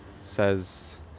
says